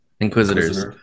Inquisitors